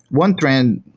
one trend,